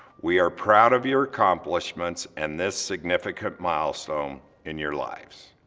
we are proud of your accomplishments and this significant milestone in your lives.